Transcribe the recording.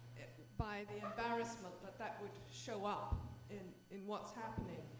by the embarrassment that that would show up in in what's happening,